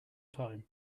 time